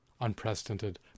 unprecedented